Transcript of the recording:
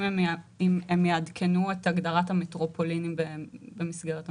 אם הם יעדכנו את הגדרת המטרופולינים במסגרת המיפקד.